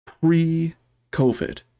pre-COVID